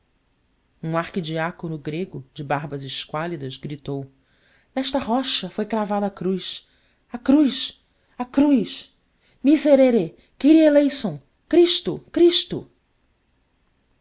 beijos e de afagos beatos um arquidiácono grego de barbas esquálidas gritou nesta rocha foi cravada a cruz a cruz a cruz miserere kyrie eleison cristo cristo